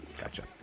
Gotcha